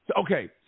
Okay